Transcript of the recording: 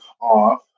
Off